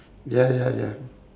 ya ya ya